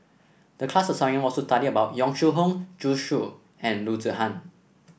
the class assignment was to study about Yong Shu Hoong Zhu Xu and Loo Zihan